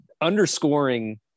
underscoring